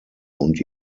und